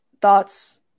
Thoughts